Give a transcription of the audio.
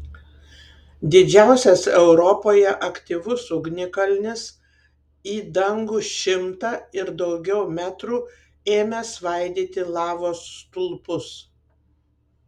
didžiausias europoje aktyvus ugnikalnis į dangų šimtą ir daugiau metrų ėmė svaidyti lavos stulpus